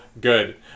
good